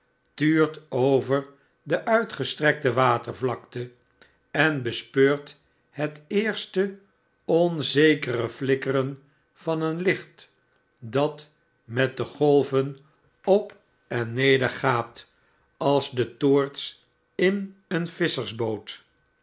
tuurt over de uitgestrekte watervlakte en bespeurt het eerste onzekere flikkeren van een licht dat met de golven op en neer gaat als de toorts in een